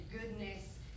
goodness